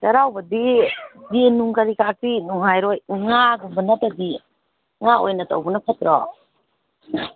ꯆꯩꯔꯥꯎꯕꯗꯤ ꯌꯦꯟꯅꯨꯡ ꯀꯔꯤ ꯀꯔꯥꯗꯤ ꯅꯨꯡꯉꯥꯏꯔꯣꯏ ꯉꯥꯒꯨꯝꯕ ꯅꯠꯇ꯭ꯔꯗꯤ ꯉꯥ ꯑꯣꯏꯅ ꯇꯧꯕꯅ ꯐꯠꯇ꯭ꯔꯣ